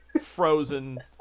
frozen